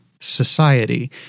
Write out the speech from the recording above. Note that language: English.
society